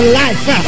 life